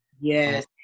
Yes